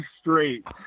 straight